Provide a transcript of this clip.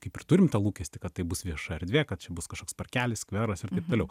kaip ir turim tą lūkestį kad tai bus vieša erdvė kad čia bus kažkoks parkelis skveras ir taip toliau